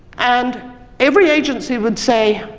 and every agency would say,